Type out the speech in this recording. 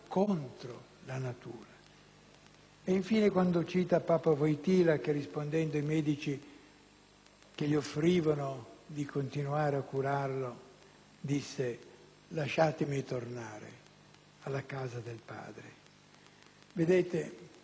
e, infine, quando cita Papa Wojtyla, che, rispondendo ai medici che gli offrivano di continuare a curarlo, disse: «Lasciatemi tornare alla casa del Padre».